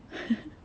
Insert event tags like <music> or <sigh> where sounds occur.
<laughs>